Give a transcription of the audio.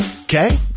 Okay